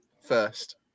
First